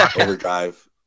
Overdrive